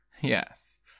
yes